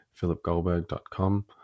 philipgoldberg.com